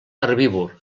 herbívor